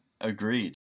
agreed